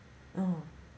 mm